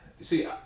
see